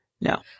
No